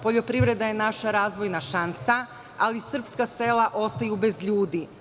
Poljoprivreda je naša razvojna šansa, ali srpska sela ostaju bez ljudi.